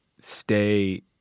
stay